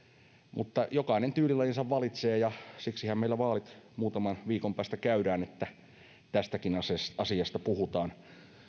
mutta jokainen tyylilajinsa valitsee ja siksihän meillä vaalit muutaman viikon päästä käydään että tästäkin asiasta asiasta puhutaan